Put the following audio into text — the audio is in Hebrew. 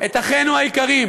את אחינו היקרים